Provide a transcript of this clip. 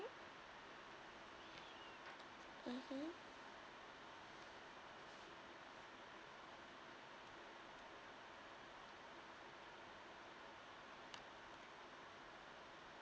mmhmm